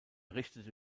richtete